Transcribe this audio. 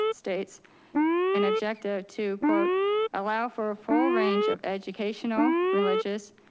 states and objective to quote allow for a full range of educational, religious,